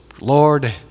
Lord